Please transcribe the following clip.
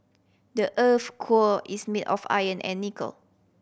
the earth's core is made of iron and nickel